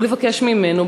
ולבקש ממנו,